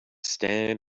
stand